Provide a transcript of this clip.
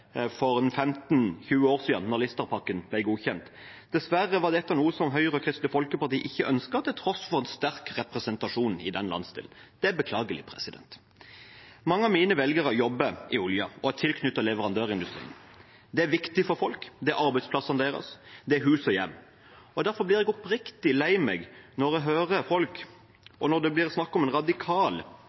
for 15–20 år siden, da Lista-pakken ble godkjent. Dessverre var det noe Høyre og Kristelig Folkeparti ikke ønsket, til tross for en sterk representasjon i den landsdelen. Det er beklagelig. Mange av mine velgere jobber i oljen og er tilknyttet leverandørindustrien. Det er viktig for folk. Det er arbeidsplassen deres. Det betaler hus og hjem. Derfor blir jeg oppriktig lei meg når jeg hører folk snakke om en radikal klimapolitikk. Det er en radikal